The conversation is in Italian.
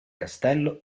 castello